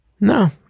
No